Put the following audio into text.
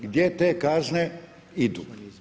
Gdje te kazne idu?